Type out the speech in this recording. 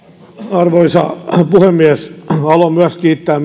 arvoisa puhemies haluan myös kiittää